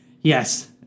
Yes